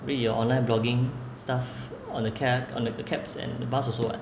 read your online blogging stuff on the cab on the cabs and bus also [what]